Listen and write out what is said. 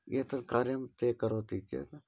एतत् कार्यं ते करोति चेत्